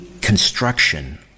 construction